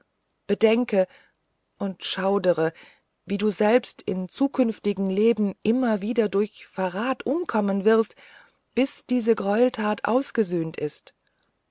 bedenke und schaudere wie du selber in zukünftigen leben immer wieder durch verrat umkommen wirst bis diese greueltat ausgesühnt ist